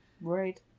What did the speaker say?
Right